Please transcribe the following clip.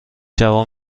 جوان